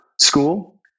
school